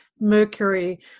Mercury